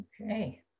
Okay